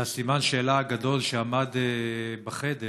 וסימן השאלה הגדול שעמד בחדר